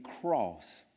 cross